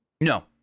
No